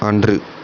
அன்று